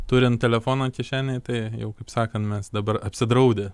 turint telefoną kišenėje tai jau kaip sakant mes dabar apsidraudę